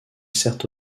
sert